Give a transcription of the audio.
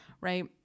right